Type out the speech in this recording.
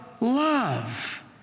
love